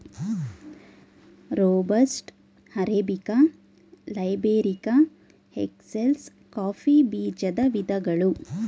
robusta, arabica, liberica, excelsa coffee ಬೀಜದ ವಿಧಗಳು